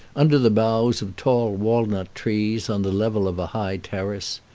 under the boughs of tall walnut-trees, on the level of a high terrace.